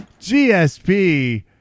gsp